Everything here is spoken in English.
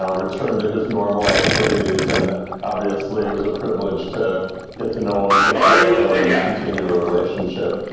ah returned to his normal activities. and obviously it was a privilege to get to know him, um take care of him, and continue a relationship.